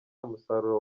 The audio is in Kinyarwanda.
musaruro